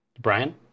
Brian